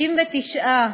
69,